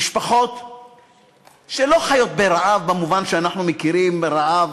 משפחות שלא חיות ברעב במובן שאנחנו מכירים רעב,